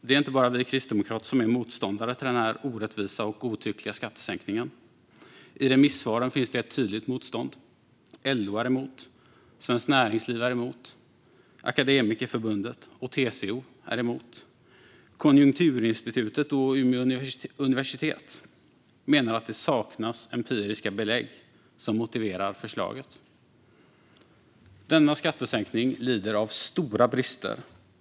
Det är inte bara vi kristdemokrater som är motståndare till den här orättvisa och godtyckliga skattesänkningen. I remissvaren finns det ett tydligt motstånd. LO är emot, och Svenskt Näringsliv är emot. Akademikerförbundet SSR och TCO är emot. Konjunkturinstitutet och Umeå universitet menar att det saknas empiriska belägg som motiverar förslaget. Denna skattesänkning lider av stora brister.